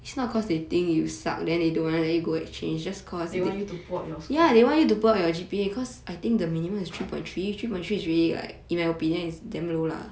they want you to pull up your score